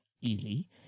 easy